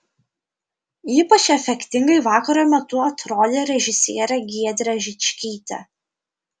ypač efektingai vakaro metu atrodė režisierė giedrė žičkytė